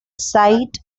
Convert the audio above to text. sight